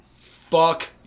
Fuck